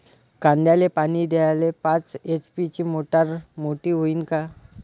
कांद्याले पानी द्याले पाच एच.पी ची मोटार मोटी व्हईन का?